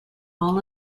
all